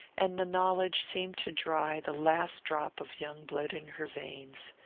and the knowledge seemed to dry the last drop of young blood in her veins.